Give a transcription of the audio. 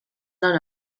lan